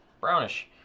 brownish